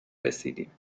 رسیدیم